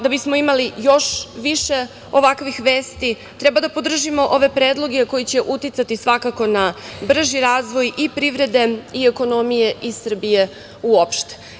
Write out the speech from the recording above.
Da bismo imali još više ovakvih vesti, treba da podržimo ove predloge koji će uticati, svakako, na brži razvoj i privrede i ekonomije i Srbije uopšte.